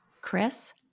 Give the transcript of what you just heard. Chris